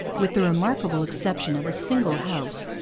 with the remarkable exception of a single house,